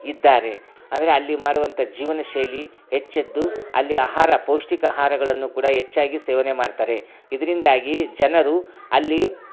ಇದ್ದಾರೆ ಅಂದರೆ ಅಲ್ಲಿ ಮಾಡುವಂಥ ಜೀವನ ಶೈಲಿ ಹೆಚ್ಚೆದ್ದು ಅಲ್ಲಿ ಆಹಾರ ಪೌಷ್ಠಿಕ ಆಹಾರಗಳನ್ನೂ ಕೂಡ ಹೆಚ್ಚಾಗಿ ಸೇವೆನೆ ಮಾಡ್ತಾರೆ ಇದರಿಂದಾಗಿ ಜನರು ಅಲ್ಲಿ